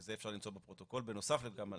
וזה אפשר למצוא לפרוטוקול בנוסף למה שאת